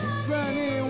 sunny